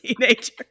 teenager